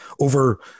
over